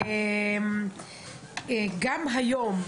גם היום,